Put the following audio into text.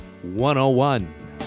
101